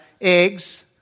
eggs